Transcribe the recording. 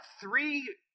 three